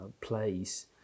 place